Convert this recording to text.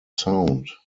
sound